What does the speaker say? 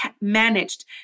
managed